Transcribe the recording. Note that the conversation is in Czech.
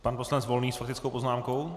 Pan poslanec Volný s faktickou poznámkou.